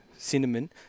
Cinnamon